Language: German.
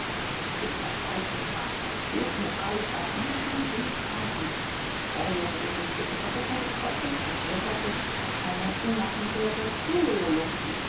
mit hülfe der zeichensprache religiös moralischer idiosynkrasie reue gewissensbiß versuchung des teufels die nähe gottes eine imaginäre